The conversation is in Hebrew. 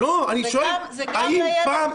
זה גם לילד --- אני שואל: האם פעם